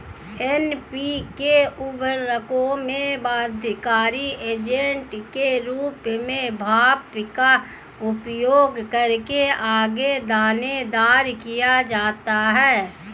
NPK उर्वरकों में बाध्यकारी एजेंट के रूप में भाप का उपयोग करके आगे दानेदार किया जाता है